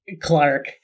Clark